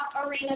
arena